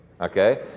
Okay